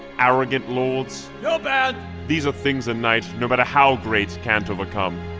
arrogant lords you're banned! these are things a knight, no matter how great, can't overcome.